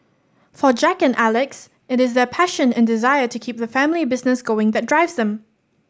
for Jack and Alex it is their passion and desire to keep the family business going that drives them